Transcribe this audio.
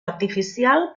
artificial